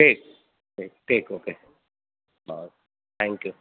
ٹھیک ٹھیک اوکے بہت تھینک یو